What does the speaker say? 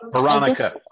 Veronica